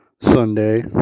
Sunday